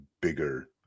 bigger